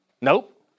Nope